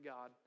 God